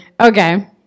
Okay